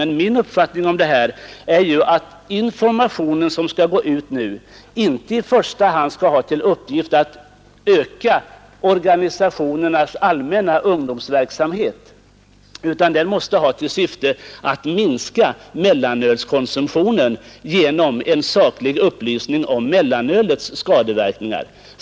Men min uppfattning är att den information som nu skall gå ut skall inte i första hand ha till uppgift att öka organisationernas allmänna ungdomsverksamhet, utan den måste ha till syfte att minska mellanölskonsumtionen genom en saklig upplysning om mellanölets skadeverkningar.